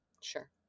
Sure